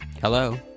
Hello